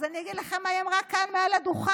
אז אני אגיד לכם מה היא אמרה כאן מעל הדוכן.